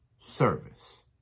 service